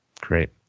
great